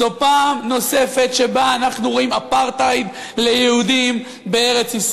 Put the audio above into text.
זו פעם נוספת שבה אנחנו רואים אפרטהייד ליהודים בארץ-ישראל.